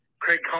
Craig